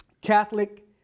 Catholic